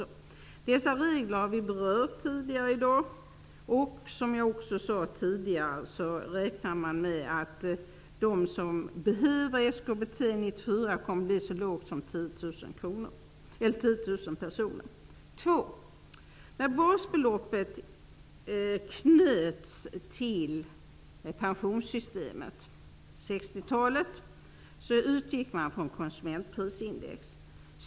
Dessa regler har tidigare i dag berörts här. Som jag också sade tidigare räknar man med att de som år 1994 behöver SKBT kommer att vara så få som 10 000 personer. 60-talet utgick man från konsumentprisindex.